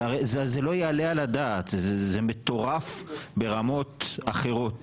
הרי זה לא יעלה על הדעת, זה מטורף ברמות אחרות